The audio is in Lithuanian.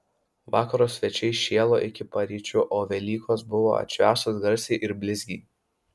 vakaro svečiai šėlo iki paryčių o velykos buvo atšvęstos garsiai ir blizgiai